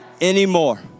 anymore